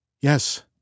Yes